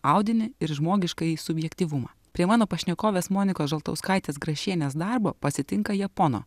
audinį ir žmogiškąjį subjektyvumą prie mano pašnekovės monikos žaltauskaitės grašienės darbo pasitinka japono